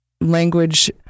language